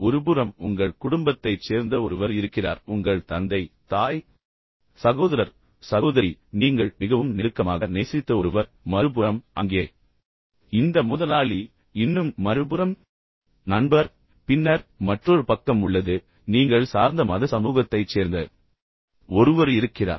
ஒருபுறம் உங்கள் குடும்பத்தைச் சேர்ந்த ஒருவர் இருக்கிறார் உங்கள் தந்தை தாய் சகோதரர் சகோதரி நீங்கள் மிகவும் நெருக்கமாக நேசித்த ஒருவர் மறுபுறம் அங்கே இந்த முதலாளி இன்னும் மறுபுறம் நண்பர் பின்னர் மற்றொரு பக்கம் உள்ளது நீங்கள் சார்ந்த மத சமூகத்தைச் சேர்ந்த ஒருவர் இருக்கிறார்